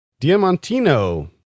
Diamantino